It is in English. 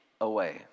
away